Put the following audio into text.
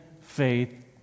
faith